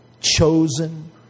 chosen